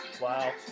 Wow